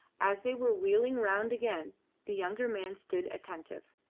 as they were wheeling round again the younger man stood attentive.